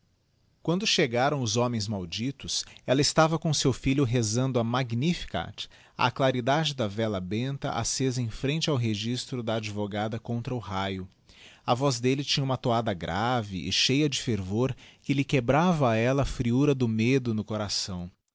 quando chegaram os homens maldictos ella estava com seu filho rezando a magnificai á claridade da vela benta accesa em frente ao registro da advogada contra o raio a voz delle tinha uma toada grave e cheia de fervor que lhe quebrava a ella a friúra do medo no coração